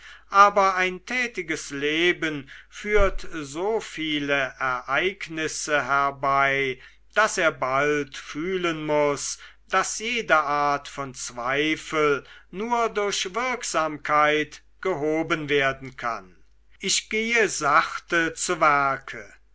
aber ein tätiges leben führt so viele ereignisse herbei daß er bald fühlen muß daß jede art von zweifel nur durch wirksamkeit gehoben werden kann ich gehe sachte zu